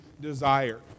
desire